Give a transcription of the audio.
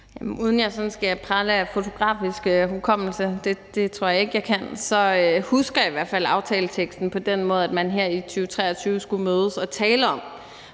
tror jeg ikke at jeg har, så husker jeg i hvert fald aftaleteksten på den måde, at man her i 2023 skulle mødes og tale om,